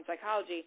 psychology